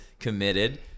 committed